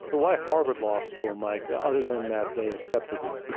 so why harvard law school, mike, other than that they accepted you?